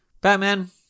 Batman